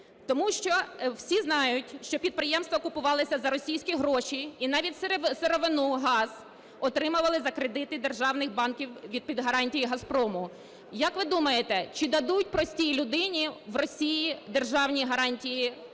Тому що всі знають, що підприємства купувалися за російські гроші і навіть сировину, газ отримували за кредити державних банків під гарантії "Газпрому". Як ви думаєте, чи дадуть простій людині в Росії державні гарантії під